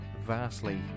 vastly